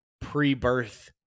pre-birth